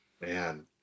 Man